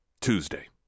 Tuesday